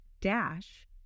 dash